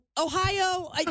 Ohio